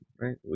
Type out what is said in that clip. right